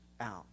out